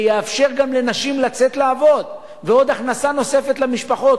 זה יאפשר גם לנשים לצאת לעבוד ועוד הכנסה נוספת למשפחות,